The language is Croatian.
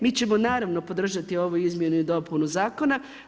Mi ćemo naravno podržati ovu izmjenu i dopunu zakona.